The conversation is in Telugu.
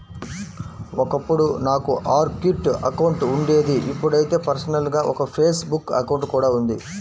ఒకప్పుడు నాకు ఆర్కుట్ అకౌంట్ ఉండేది ఇప్పుడైతే పర్సనల్ గా ఒక ఫేస్ బుక్ అకౌంట్ కూడా ఉంది